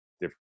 different